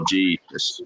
Jesus